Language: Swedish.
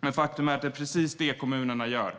Men faktum är att det är precis vad kommunerna gör.